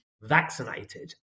vaccinated